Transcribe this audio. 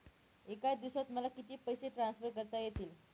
एका दिवसात मला किती पैसे ट्रान्सफर करता येतील?